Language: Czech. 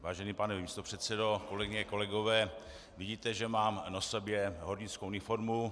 Vážený pane místopředsedo, kolegyně, kolegové, vidíte, že mám na sobě hornickou uniformu.